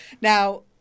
Now